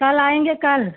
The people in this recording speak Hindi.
कल आएँगे कल